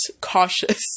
cautious